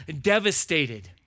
devastated